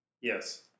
Yes